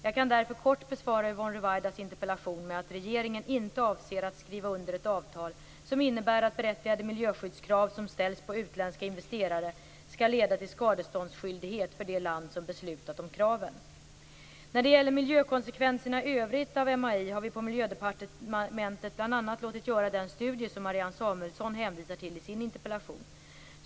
Jag kan därför kort besvara Yvonne Ruwaidas interpellation med att regeringen inte avser att skriva under ett avtal som innebär att berättigade miljöskyddskrav som ställs på utländska investerare skall leda till skadeståndsskyldighet för det land som beslutat om kraven. När det gäller miljökonsekvenserna i övrigt av MAI har vi på Miljödepartementet bl.a. låtit göra den studie som Marianne Samuelsson hänvisar till i sin interpellation.